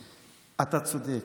אתה צודק.